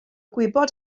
gwybod